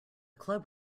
club